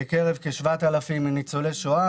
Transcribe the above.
לכ-7,000 ניצולי שואה.